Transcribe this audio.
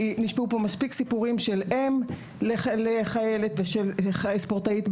נשמעו פה סיפורים של הורים לחיילים ושל ספורטאים.